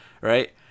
right